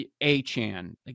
A-Chan